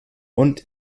und